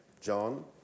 John